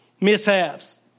mishaps